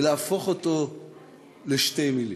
ולהפוך אותו לשתי מילים.